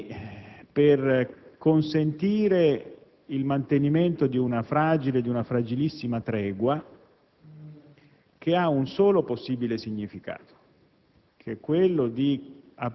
e siamo lì per consentire il mantenimento di una fragilissima tregua che ha un solo possibile significato,